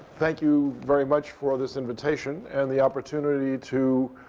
thank you very much for this invitation and the opportunity to